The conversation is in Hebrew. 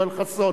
יואל חסון,